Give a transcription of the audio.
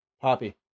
poppy